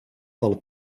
del